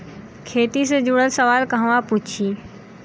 खेती से जुड़ल सवाल कहवा पूछी?